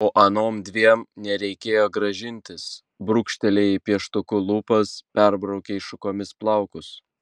o anom dviem nereikėjo gražintis brūkštelėjai pieštuku lūpas perbraukei šukomis plaukus